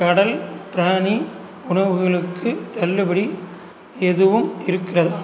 கடல் பிராணி உணவுகளுக்கு தள்ளுபடி எதுவும் இருக்கிறதா